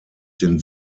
den